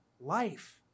life